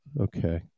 okay